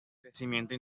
crecimiento